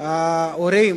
ההורים